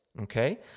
okay